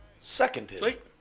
Seconded